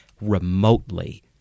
remotely